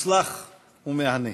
מוצלח ומהנה.